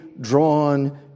drawn